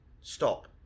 stop